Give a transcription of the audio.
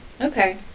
Okay